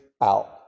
out